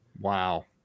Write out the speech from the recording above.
Wow